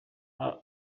album